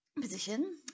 position